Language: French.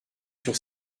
sur